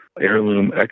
heirloom